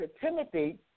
Timothy